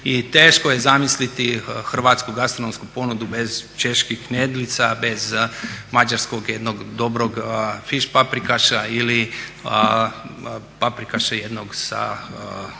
teško je zamisliti hrvatsku gastronomsku ponudu bez čeških knedlica, bez mađarskog jednog dobrog fiš paprikaša ili paprikaša jednog sa